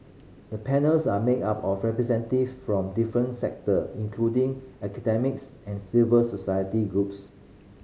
the panels are made up of representative from different sector including academics and civic society groups